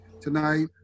tonight